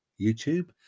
YouTube